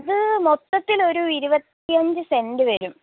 അത് മൊത്തത്തിൽ ഒരു ഇരുപത്തി അഞ്ചു സെൻ്റ് വരും